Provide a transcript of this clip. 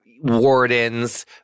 wardens